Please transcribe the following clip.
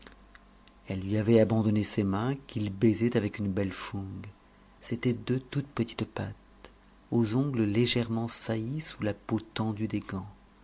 elle lui avait abandonné ses mains qu'il baisait avec une belle fougue c'était deux toutes petites pattes aux ongles légèrement saillis sous la peau tendue des gants